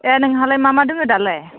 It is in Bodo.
ए नोंहालाय मा मा दङ दालाय